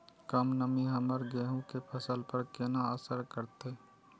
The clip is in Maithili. कम नमी हमर गेहूँ के फसल पर केना असर करतय?